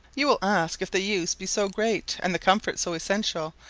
you will ask if the use be so great, and the comfort so essential,